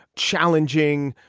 challenging,